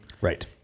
right